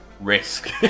risk